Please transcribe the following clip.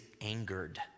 angered